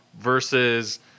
Versus